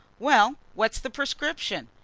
well, what's the prescription?